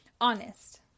Honest